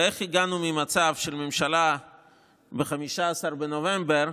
איך הגענו ממצב של ממשלה ב-15 בנובמבר,